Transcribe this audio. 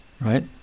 Right